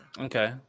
Okay